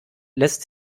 lässt